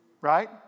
right